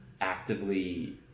actively